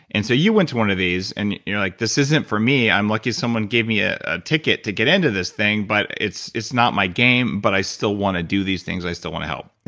and so you went to one of these, and you're like, this isn't for me, i'm lucky someone gave me a ticket to get into this thing but it's it's not my game, but i still want to do these things, i still want to help.